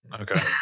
okay